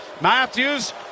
Matthews